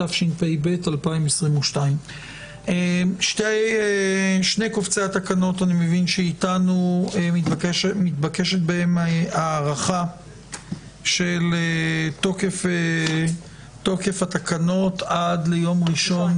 התשפ"ב 2022. אני מבין שמתבקשת הארכה של תוקף התקנות עד ליום ראשון